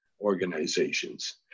organizations